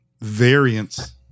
variance